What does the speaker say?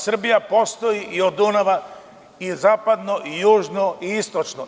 Srbija postoji od Dunava i zapadno i južno i istočno.